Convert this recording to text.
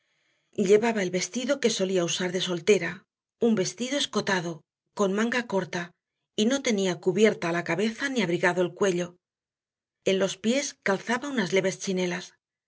llevaba el vestido que solía usar de soltera un vestido escotado con manga corta y no tenía cubierta la cabeza ni abrigado el cuello en los pies calzaba unas leves chinelas